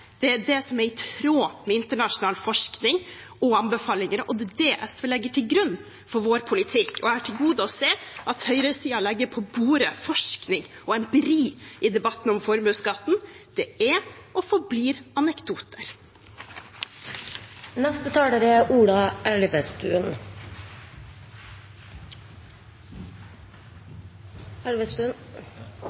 det er det som er i tråd med internasjonal forskning og anbefalinger, og det er det SV legger til grunn for sin politikk. Jeg har til gode å se at høyresiden legger på bordet forskning og empiri i debatten om formuesskatten. Det er og forblir